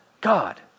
God